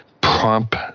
prompt